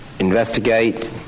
investigate